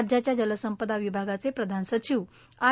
राज्याच्या जलसंपदा विभागाचे प्रधान सचिव आय